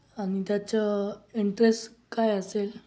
आणि त्याचं इंटरेस काय असेल